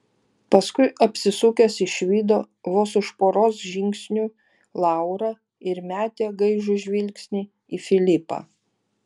paskui apsisukęs išvydo vos už poros žingsnių laurą ir metė gaižų žvilgsnį į filipą